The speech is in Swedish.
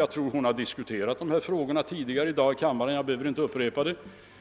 Jag tror att hon har diskuterat dessa frågor här i kammaren tidigare i dag, och jag behöver inte upprepa vad